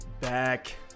Back